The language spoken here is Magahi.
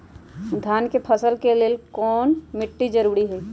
धान के फसल के लेल कौन मिट्टी जरूरी है?